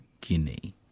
Guinea